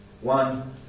one